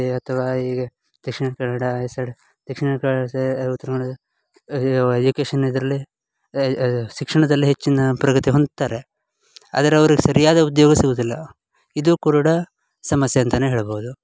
ಅಥವಾ ಈಗ ದಕ್ಷಿಣ ಕನ್ನಡ ಈ ಸೈಡ್ ದಕ್ಷಿಣ ಕನ್ನಡ ಸೈ ಉತ್ತರ ಕನ್ನಡ ಎಜುಕೇಷನ್ ಇದರಲ್ಲಿ ಶಿಕ್ಷಣದಲ್ಲಿ ಹೆಚ್ಚಿನ ಪ್ರಗತಿ ಹೊಂದ್ತಾರೆ ಆದರೆ ಅವ್ರಿಗೆ ಸರಿಯಾದ ಉದ್ಯೋಗ ಸಿಗುವುದಿಲ್ಲ ಇದು ಕುರುಡ ಸಮಸ್ಯೆ ಅಂತಲೇ ಹೇಳ್ಬೋದು